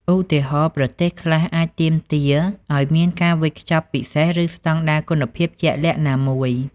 ឧទាហរណ៍ ប្រទេសខ្លះអាចទាមទារឲ្យមានការវេចខ្ចប់ពិសេស ឬស្តង់ដារគុណភាពជាក់លាក់ណាមួយ។